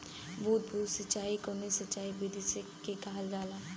बूंद बूंद सिंचाई कवने सिंचाई विधि के कहल जाला?